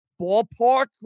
ballpark